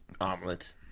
omelet